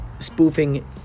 Spoofing